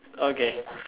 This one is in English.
okay